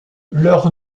leur